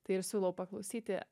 tai ir siūlau paklausyti